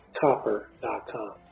copper.com